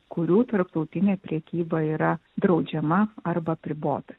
kurių tarptautinė prekyba yra draudžiama arba apribota